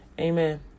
amen